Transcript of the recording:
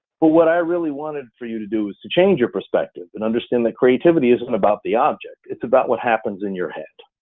but what i really wanted for you to do is to change your perspective and understand the creativity isn't about the object, it's about what happens in your head.